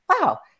wow